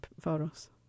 photos